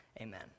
Amen